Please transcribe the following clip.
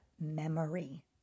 memory